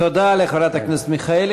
תודה לחברת הכנסת מיכאלי.